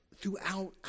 throughout